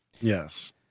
Yes